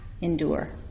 endure